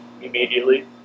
immediately